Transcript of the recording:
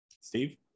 Steve